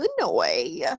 Illinois